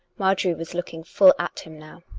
marjorie was looking full at him now.